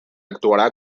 actuarà